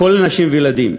כולל נשים וילדים.